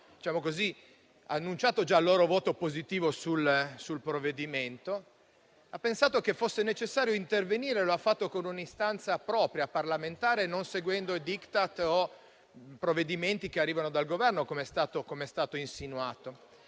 già annunciato il loro voto favorevole sul provvedimento, ha pensato che fosse necessario intervenire; e lo ha fatto con un'istanza propria, parlamentare, non seguendo *Diktat* o provvedimenti che arrivano dal Governo, come è stato insinuato.